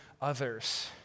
others